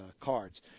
cards